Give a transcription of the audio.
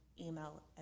email